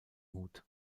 hut